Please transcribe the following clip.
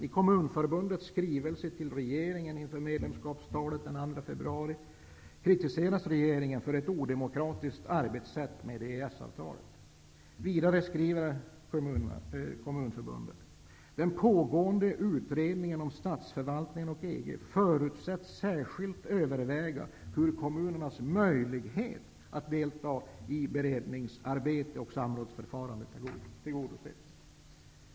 I Kommunförbundets skrivelse till regeringen inför medlemskapstalet den 2 februari kritiseras regeringen för ett odemokratiskt arbetssätt beträffande EES-avtalet. Kommunförbundet skriver: ''Den pågående utredningen om statsförvaltningen och EG förutsätts särskilt överväga hur kommunernas möjligheter att delta i beredningsarbete och samrådsförfarande kan tillgodoses.''